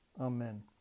Amen